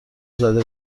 زده